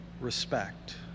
respect